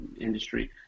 industry